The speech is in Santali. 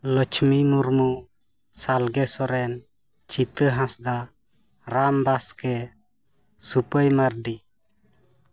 ᱞᱚᱪᱷᱢᱤ ᱢᱩᱨᱢᱩ ᱥᱟᱞᱜᱮ ᱥᱚᱨᱮᱱ ᱪᱷᱤᱛᱟᱹ ᱦᱟᱸᱥᱫᱟ ᱨᱟᱢ ᱵᱟᱥᱠᱮ ᱥᱩᱯᱟᱹᱭ ᱢᱟᱹᱨᱰᱤ